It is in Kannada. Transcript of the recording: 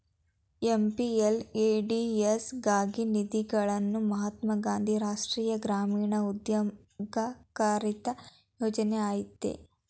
ಎಂ.ಪಿ.ಎಲ್.ಎ.ಡಿ.ಎಸ್ ಗಾಗಿ ನಿಧಿಗಳನ್ನು ಮಹಾತ್ಮ ಗಾಂಧಿ ರಾಷ್ಟ್ರೀಯ ಗ್ರಾಮೀಣ ಉದ್ಯೋಗ ಖಾತರಿ ಯೋಜ್ನ ಆಯ್ತೆ